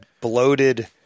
bloated